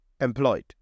employed